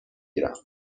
گیرم